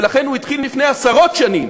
ולכן הוא התחיל לפני עשרות שנים,